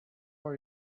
are